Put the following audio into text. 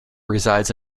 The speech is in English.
resides